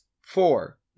four